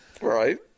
Right